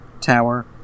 Tower